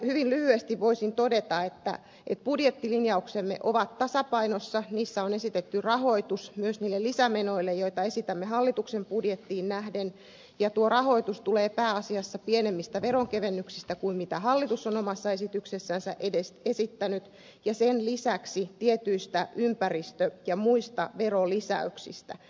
hyvin lyhyesti voisin todeta että budjettilinjauksemme ovat tasapainossa niissä on esitetty rahoitus myös niille lisämenoille joita esitämme hallituksen budjettiin nähden ja tuo rahoitus tulee pääasiassa pienemmistä veronkevennyksistä kuin hallitus on omassa esityksessänsä esittänyt ja sen lisäksi tietyistä ympäristö ja muista verolisäyksistä